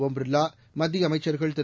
ஒம் பிர்லா மத்திய அமைச்சர்கள் திரு